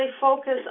focus